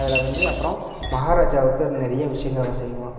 அதில் வந்து அப்புறம் மகாராஜாவுக்கு நிறைய விஷயங்கள் அவன் செய்வான்